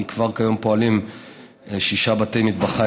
כי כבר כיום פועלים שישה בתי מטבחיים